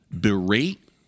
berate